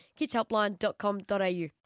kidshelpline.com.au